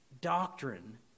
doctrine